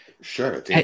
Sure